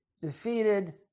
defeated